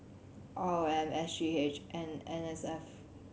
R O M S G H and N S F